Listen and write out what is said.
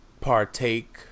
partake